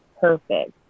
perfect